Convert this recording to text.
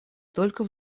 только